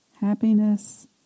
Happiness